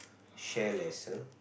share lesser